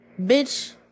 Bitch